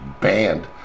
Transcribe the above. banned